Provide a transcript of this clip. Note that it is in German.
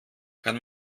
kann